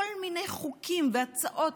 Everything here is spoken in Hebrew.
כל מיני חוקים והצעות,